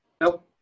nope